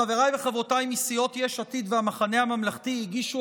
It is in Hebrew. שחבריי וחברותיי מסיעות יש עתיד והמחנה הממלכתי הגישו